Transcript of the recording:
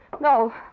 No